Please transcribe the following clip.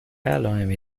علائمی